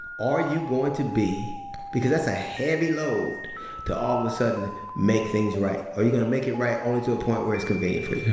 are you going to be because that's a heavy load to all of a sudden make things right. are you going to make it right only to a point where it's convenient for you? yeah.